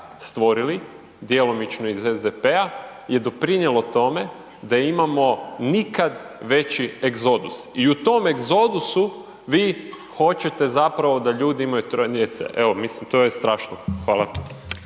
stvorili, djelomično iz SDP-a je doprinijelo tome da imamo nikad veći egzodus. I u tom egzodusu vi hoćete zapravo da ljudi imaju troje djece. Evo mislim to je strašno. Hvala.